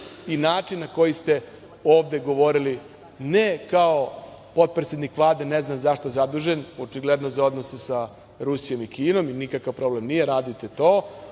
i način na koji ste ovde govorili, ne kao potpredsednik Vlade, ne znam zašto zadužen, očigledno sa odnose sa Rusijom i Kinom, nikakav problem nije radite to,